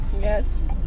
Yes